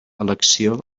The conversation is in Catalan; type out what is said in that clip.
elecció